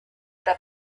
that